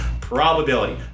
probability